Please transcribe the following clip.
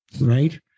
right